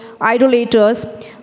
idolaters